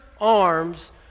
arms